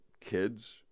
kids